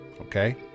Okay